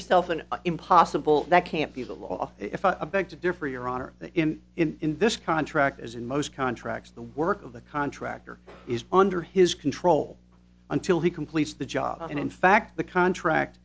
yourself an impossible that can't be the law if i beg to differ your honor that in this contract as in most contracts the work of the contractor is under his control until he completes the job and in fact the contract